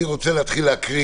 אני רוצה להקריא.